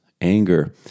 anger